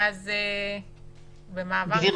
במעבר